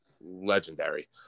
legendary